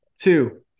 two